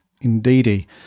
indeedy